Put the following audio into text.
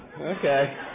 Okay